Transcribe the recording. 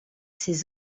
ses